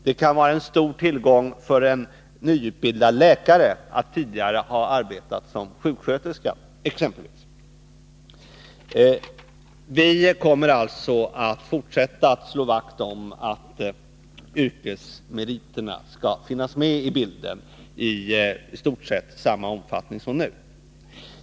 Det kan vara en stor tillgång för en nyutbildad läkare att tidigare ha arbetat som sjuksköterska, exempelvis. Vi kommer alltså att fortsätta att slå vakt om att yrkesmeriterna skall finnas med i bilden i stort sett i samma omfattning som nu.